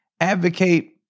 advocate